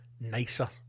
nicer